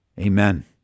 amen